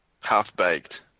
half-baked